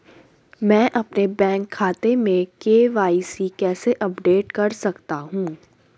मैं अपने बैंक खाते में के.वाई.सी कैसे अपडेट कर सकता हूँ?